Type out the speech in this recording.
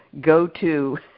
go-to